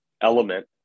element